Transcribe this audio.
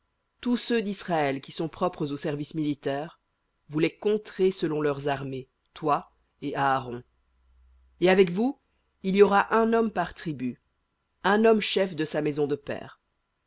tous ceux d'israël qui sont propres au service militaire vous les compterez selon leurs armées toi et aaron et avec vous il y aura un homme par tribu un homme chef de sa maison de pères